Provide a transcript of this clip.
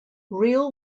riel